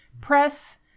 press